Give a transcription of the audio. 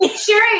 Sherry